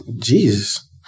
Jesus